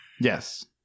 yes